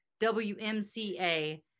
WMCA